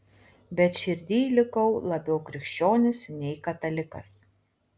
bet širdyj likau labiau krikščionis nei katalikas